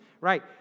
right